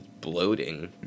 bloating